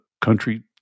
country